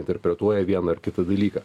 interpretuoja vieną ar kitą dalyką